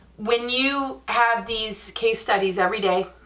when you have these case studies every day,